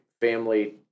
family